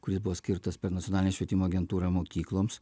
kuris buvo skirtas per nacionalinę švietimo agentūrą mokykloms